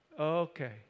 okay